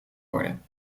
worden